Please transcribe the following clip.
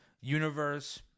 universe